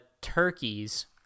turkeys